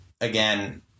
Again